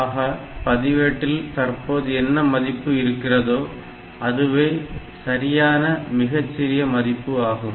ஆக பதிவேட்டில் தற்போது என்ன மதிப்பு இருக்கிறதோ அதுவே சரியான மிகச் சிறிய மதிப்பு ஆகும்